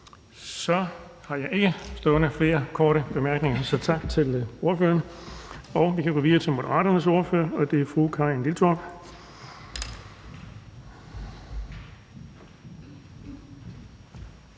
Nu har jeg ikke flere for korte bemærkninger stående, så tak til ordføreren. Vi kan gå videre til Moderaternes ordfører, og det er fru Karin Liltorp.